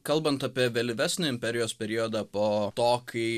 kalbant apie vėlyvesnę imperijos periodą po to kai